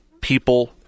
people